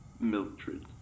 Mildred